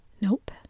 Nope